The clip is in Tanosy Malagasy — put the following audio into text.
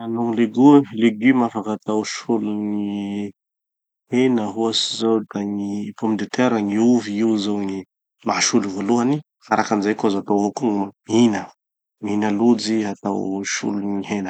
gny leguma afaka atao solon'ny gny hena ohatsy zao da gny pomme de terre gny ovy, io zao gny mahasolo voalohany. Magnaraky anizay azo atao avao koa gny mampihina mihina lojy atao solon'ny gny hena.